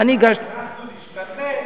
אנחנו נשתנה.